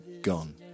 gone